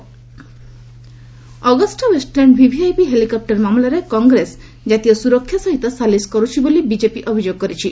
BJP VVI chopper Agusta Westland VVIP helicopter ମାମଲାରେ କଂଗ୍ରେସ ଜାତୀୟ ସୁରକ୍ଷା ସହିତ ସାଲିସ୍ କରୁଛି ବୋଲି ବିଜେପି ଅଭିଯୋଗ କରିଛି